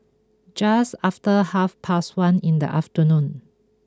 just after half past one in the afternoon